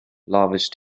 lavish